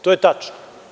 To je tačno.